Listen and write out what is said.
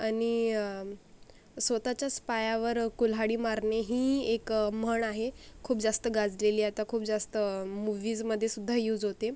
आणि स्वतःच्याच पायावर कुल्हाडी मारणे ही एक म्हण आहे खूप जास्त गाजलेली आता खूप जास्त मूव्हीजमधे सुद्धा यूज होते